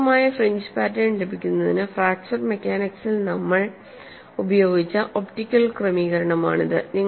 പ്രസക്തമായ fringe pattern ലഭിക്കുന്നതിന് fracture മെക്കാനിക്സിൽ നമ്മൾ ഉപയോഗിച്ച ഒപ്റ്റിക്കൽ ക്രമീകരണമാണിത്